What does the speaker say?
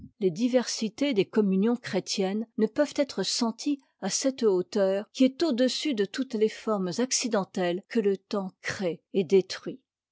les diversités des communions chrétiennes ne peuvent être senties à cette hauteur qui est au-dessus de toutes les formes accidentelles que le temps crée et détruit